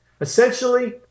Essentially